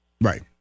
right